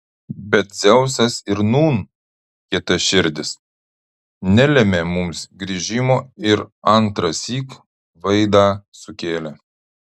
bet dzeusas ir nūn kietaširdis nelėmė mums grįžimo ir antrąsyk vaidą sukėlė